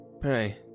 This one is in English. Pray